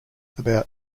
about